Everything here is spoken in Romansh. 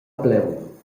plaun